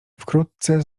wkrótce